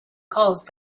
cause